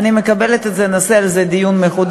אני מקבלת את זה, נעשה על זה דיון מחודש.